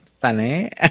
funny